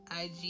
IG